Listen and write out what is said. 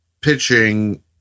pitching